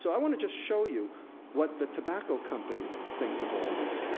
so i wanna just show you what the tobacco company thinks of all this.